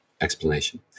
explanation